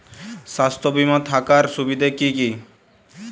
স্বাস্থ্য বিমা থাকার সুবিধা কী কী?